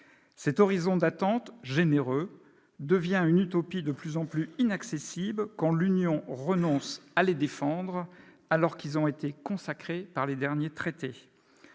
Cet horizon d'attente généreux devient une utopie de plus en plus inaccessible quand l'Union renonce à défendre ces principes alors qu'ils ont été consacrés par les derniers traités.